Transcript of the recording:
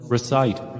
Recite